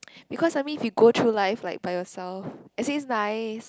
because I mean if you go through life like by yourself it says nice